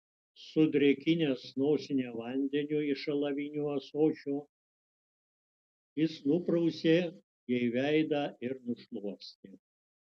sudrėkinęs nosinę vandeniu iš alavinio ąsočio jis nuprausė jai veidą ir nušluostė